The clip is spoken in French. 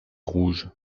rouge